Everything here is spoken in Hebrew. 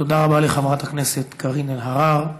תודה לחברת הכנסת קארין אלהרר.